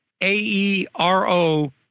A-E-R-O